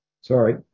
Sorry